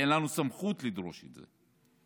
ואין לנו סמכות לדרוש את זה.